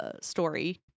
story